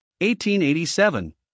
1887